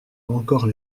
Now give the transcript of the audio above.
encore